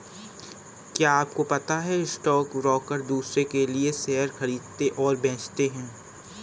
क्या आपको पता है स्टॉक ब्रोकर दुसरो के लिए शेयर खरीदते और बेचते है?